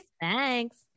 Thanks